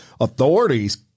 Authorities